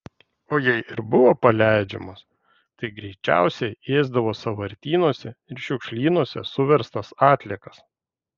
o jei ir buvo paleidžiamos tai greičiausiai ėsdavo sąvartynuose ir šiukšlynuose suverstas atliekas